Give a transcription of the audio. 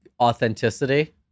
authenticity